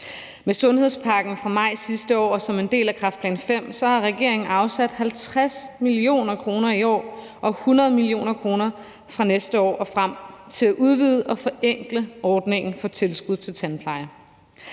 Med sundhedspakken fra maj sidste år og som en del af kræftplan V har regeringen afsat 50 mio. kr. i år og 100 mio. kr. fra næste år og frem til at udvide og forenkle ordningen for tilskud til tandpleje.